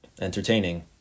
entertaining